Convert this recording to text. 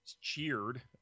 cheered